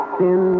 sin